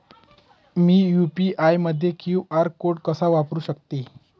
मी UPI मध्ये QR code कसा वापरु शकते?